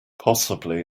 possibly